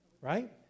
right